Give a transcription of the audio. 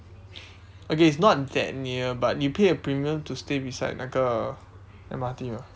okay it's not that near but you pay a premium to stay beside 那个 M_R_T mah